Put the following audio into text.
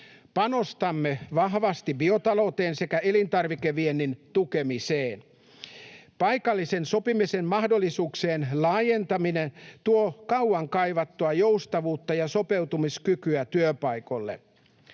Panostamme vahvasti biotalouteen sekä elintarvikeviennin tukemiseen. Paikallisen sopimisen mahdollisuuksien laajentaminen tuo kauan kaivattua joustavuutta ja sopeutumiskykyä työpaikoille.